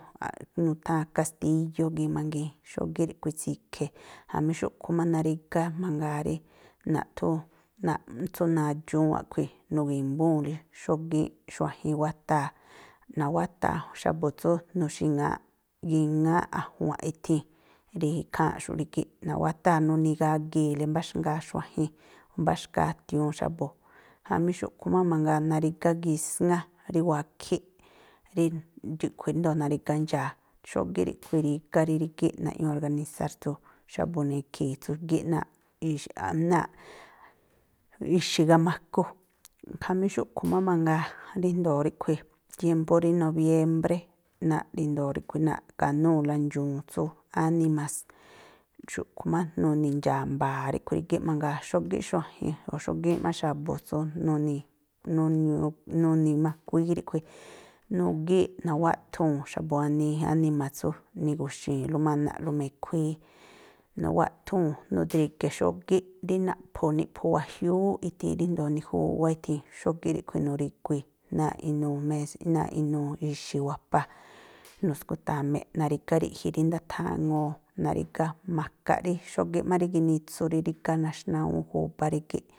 rí nutháa̱n kastíllú gii̱ꞌ mangii̱. Xógíꞌ ríꞌkhui̱ itsi̱khe̱, jamí xúꞌkhui̱ má narígá mangaa rí naꞌthúún tsú nadxúún a̱ꞌkhui̱. Nugi̱mbúu̱nlí, xógíꞌ xuajin iwátaa̱. Nawátaa xa̱bu̱ tsú nuxi̱ŋa̱ꞌ gi̱ŋááꞌ a̱jua̱nꞌ ithii̱n. Rí ikháa̱nꞌxu̱ꞌ rígíꞌ, nawátaa̱ nuni̱gagi̱i̱le mbáxngaa xuajin, mbáxngaa a̱tiu̱un xa̱bu̱. Jamí xúꞌkhui̱ má mangaa, narígá gisŋá, rí wakhí, ríꞌkhui̱ ríndo̱o narígá ndxaa̱, xógíꞌ ríꞌkhui̱ irígá rí rígíꞌ. Naꞌñuu organisár tsú xa̱bu̱ nekhi̱i̱ tsú gíꞌ náa̱ꞌ ixi̱ gamaku. Khamí xúꞌkhui̱ má mangaa, ríjndo̱o ríꞌkhui̱ tiémpú rí nobiémbré, náa̱ꞌ ríndo̱o ríꞌkhui̱ náa̱ꞌka̱núu̱la ndxu̱un tsú áni̱ma̱s, xúꞌkhui̱ má nuni̱ ndxaa̱ mbaa̱ ríꞌkhui̱ rígíꞌ mangaa. Xógíꞌ xuajin o̱ xógíínꞌ má xa̱bu̱ tsú nuni̱ nuni̱makuíí ríꞌkhui̱. Nugíꞌ, nawáꞌthuu̱n xa̱bu̱ wanii áni̱ma̱s tsú nigu̱xi̱i̱nlú má ana̱ꞌlú mekhuíí. Nawáꞌthuu̱n nudrige̱ xógíꞌ rí naꞌphu̱, niꞌphu̱ wajiúúꞌ ithi, ríjndo̱o nijúwá ithii̱. Xógíꞌ ríꞌkhui̱ nuri̱guii̱, náa̱ꞌ inuu més náa̱ꞌ inuu ixi̱ wapa. Nusku̱ta̱me̱ꞌ, narígá ri̱ꞌji̱ rí ndathaŋuu, narigá makaꞌ rí, xógíꞌ má rí ginitsu rí rígá naxná awúún júbá rígi̱ꞌ.